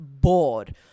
bored –